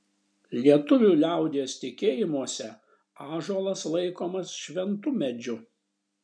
lietuvių liaudies tikėjimuose ąžuolas laikomas šventu medžiu